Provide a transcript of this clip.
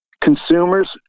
consumers